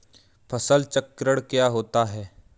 फसल चक्रण क्या होता है?